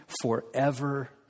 forever